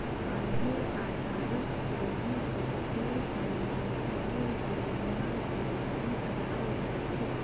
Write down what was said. आयेर आधारत स ही पर्सनल फाइनेंसेर योजनार तैयारी कराल जा छेक